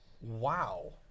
Wow